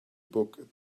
book